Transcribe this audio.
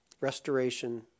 restoration